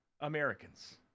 Americans